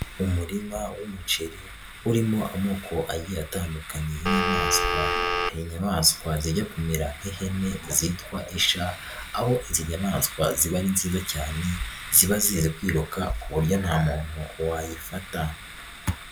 Umurima w'umuceri urimo amoko agiye atandukanye y'inyamaswa, hari inyamaswa zijya kumera nk'ihene zitwa ishya aho izi nyamaswa ziba ari nziza cyane ziba zizi kwiruka ku buryo nta muntu wayifata.